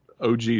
OG